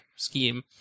scheme